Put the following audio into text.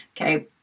Okay